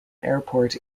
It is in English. airport